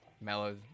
mellow